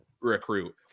recruit